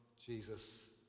Jesus